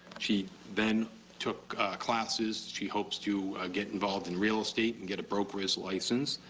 she then took classes she hopes to get involved in real estate and get a broker's license.